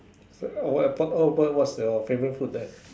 what's your favourite food there